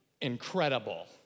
Incredible